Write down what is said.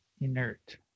inert